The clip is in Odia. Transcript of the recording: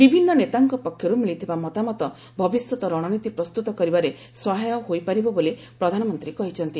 ବିଭିନ୍ନ ନେତାଙ୍କ ପକ୍ଷରୁ ମିଳିଥିବା ମତାମତ ଭବିଷ୍ୟତ ରଣନୀତି ପ୍ରସ୍ତୁତ କରିବାରେ ସହାୟକ ହୋଇପାରିବ ବୋଲି ପ୍ରଧାନମନ୍ତ୍ରୀ କହିଛନ୍ତି